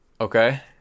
Okay